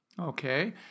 Okay